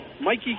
Mikey